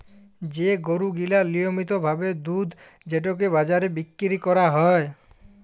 যে গরু গিলা লিয়মিত ভাবে দুধ যেটকে বাজারে বিক্কিরি ক্যরা হ্যয়